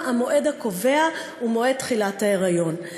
המועד הקובע הוא מועד תחילת ההיריון.